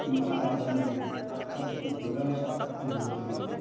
किमपि साधनीयमिति परन्तु दुराषा न भवेत्